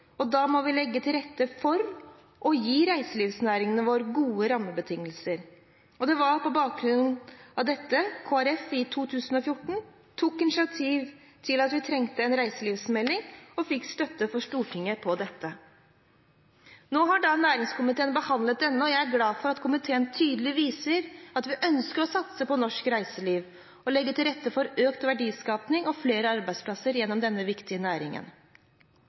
og da må vi legge til rette for reiselivsnæringen vår og gi den gode rammebetingelser. Det var på bakgrunn av dette Kristelig Folkeparti i 2014 tok initiativ til at vi trengte en reiselivsmelding, og fikk støtte fra Stortinget på dette. Nå har næringskomiteen behandlet den, og jeg er glad for at komiteen tydelig viser at vi ønsker å satse på norsk reiseliv og legge til rette for økt verdiskapning og flere arbeidsplasser gjennom denne viktige næringen.